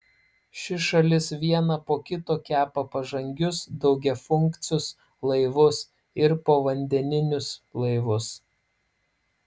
ši šalis vieną po kito kepa pažangius daugiafunkcius laivus ir povandeninius laivus